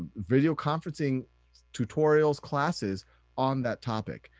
video conferencing tutorials classes on that topic.